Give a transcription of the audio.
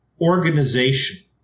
organization